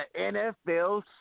NFL